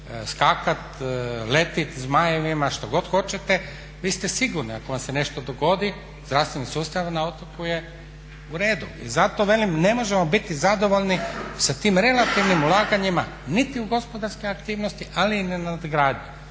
skakati, letiti zmajevima što god hoćete, vi ste sigurni. Ako vam se nešto dogodi zdravstveni sustav na otoku je uredu. I zato velim ne možemo biti zadovoljni sa tim relativnim ulaganjima niti u gospodarske aktivnosti, ali ni na nadgradnji